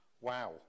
Wow